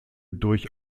durch